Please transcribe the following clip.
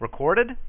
recorded